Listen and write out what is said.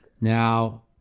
Now